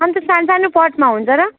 अन्त सान्सानो पटमा हुन्छ र